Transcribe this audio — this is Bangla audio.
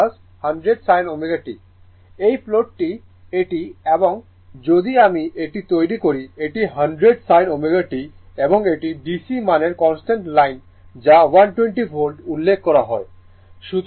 এই প্লটটি এটি এবং স্বতন্ত্রভাবে যদি আমি এটি তৈরি করি এটি 100 sin ω t এবং এটি DC মানে কনস্ট্যান্ট লাইন যা 120 ভোল্ট উল্লেখ করা হয়